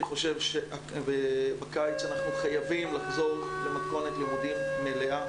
אני חושב שבקיץ אנחנו חייבים לחזור למתכונת לימודים מלאה.